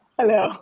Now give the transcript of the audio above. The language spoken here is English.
Hello